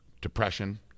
depression